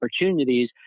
opportunities